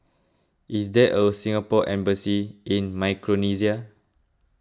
is there a Singapore Embassy in Micronesia